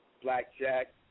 Blackjack